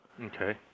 Okay